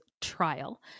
trial